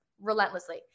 relentlessly